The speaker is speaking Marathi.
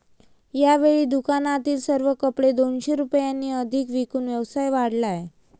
यावेळी दुकानातील सर्व कपडे दोनशे रुपयांनी अधिक विकून व्यवसाय वाढवला आहे